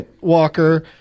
Walker